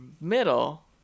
middle